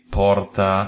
porta